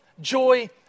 joy